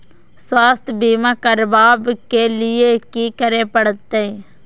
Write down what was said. स्वास्थ्य बीमा करबाब के लीये की करै परतै?